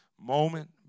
moment